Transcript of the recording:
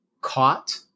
caught